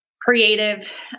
creative